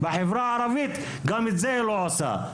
בחברה הערבית גם את זה היא לא עושה.